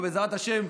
ובעזרת השם,